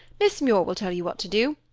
miss muir will tell you what to do.